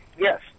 yes